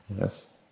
yes